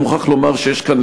מוכרח לומר שיש כאן,